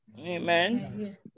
Amen